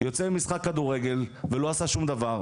יוצא ממשחק כדורגל ולא עשה שום דבר.